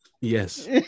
Yes